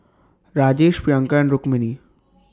Rajesh Priyanka and Rukmini